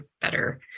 better